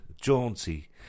jaunty